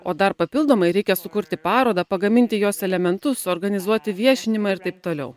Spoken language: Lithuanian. o dar papildomai reikia sukurti parodą pagaminti jos elementus suorganizuoti viešinimą ir taip toliau